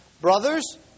Brothers